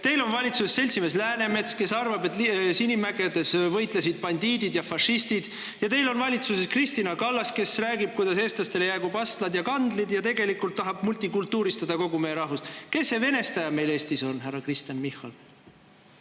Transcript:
Teil on valitsuses seltsimees Läänemets, kes arvab, et Sinimägedes võitlesid bandiidid ja fašistid. Ja teil on valitsuses Kristina Kallas, kes räägib, et eestlastele jäägu pastlad ja kandled, ja tegelikult tahab multikultuuristada kogu meie rahvast. Kes see venestaja meil Eestis on, härra Kristen Michal?